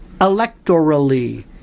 electorally